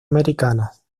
americanas